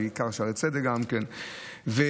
בעיקר שערי צדק, וביקשו